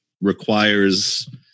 requires